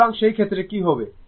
সুতরাং সেই ক্ষেত্রে কী হবে